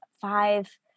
five